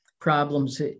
problems